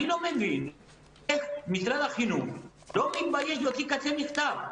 אני לא מבין איך משרד החינוך לא מתבייש להוציא כזה מכתב.